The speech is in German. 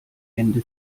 ende